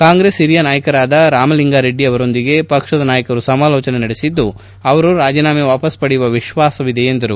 ಕಾಂಗ್ರೆಸ್ ಹಿರಿಯ ನಾಯಕರಾದ ರಾಮಲಿಂಗಾರೆಡ್ಡಿ ಅವರೊಂದಿಗೆ ಪಕ್ಷದ ನಾಯಕರು ಸಮಾಲೋಚನೆ ನಡೆಸಿದ್ದು ಅವರು ರಾಜೀನಾಮೆ ವಾಪಸ್ ಪಡೆಯುವ ವಿಶ್ವಾಸವಿದೆ ಎಂದರು